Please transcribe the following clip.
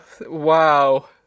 wow